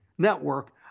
Network